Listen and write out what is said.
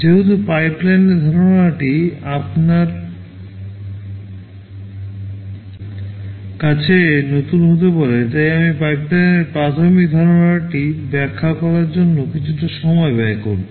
যেহেতু পাইপলাইনের ধারণাটি আপনার কাছে নতুন হতে পারে তাই আমি পাইপলাইনের প্রাথমিক ধারণাটি ব্যাখ্যা করার জন্য কিছুটা সময় ব্যয় করব